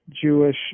Jewish